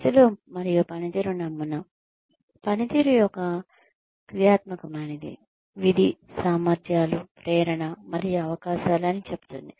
ప్రజలు మరియు పనితీరు నమూనా పనితీరు ఒక క్రియాత్మకమైనది విధి సామర్ధ్యాలు ప్రేరణ మరియు అవకాశాలు అని చెప్తుంది